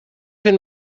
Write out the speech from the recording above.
fynd